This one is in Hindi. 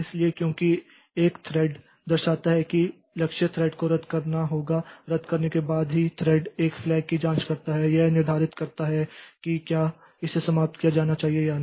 इसलिए क्योंकि एकथ्रेड दर्शाता है कि लक्ष्य थ्रेड को रद्द करना होगा रद्द करने के बाद ही थ्रेड एक फ्लैग की जांच करता है यह निर्धारित करता है कि क्या इसे समाप्त किया जाना चाहिए या नहीं